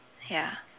ya